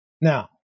Now